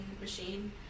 machine